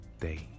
day